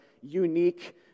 unique